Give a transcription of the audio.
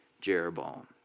Jeroboam